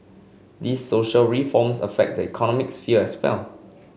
these social reforms affect the economic sphere as well